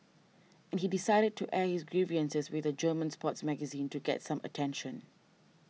and he decided to air his grievances with a German sports magazine to get some attention